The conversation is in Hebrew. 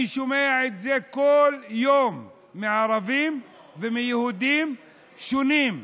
אני שומע את זה כל יום מערבים ומיהודים שונים: